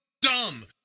dumb